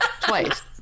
Twice